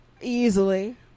Easily